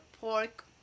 pork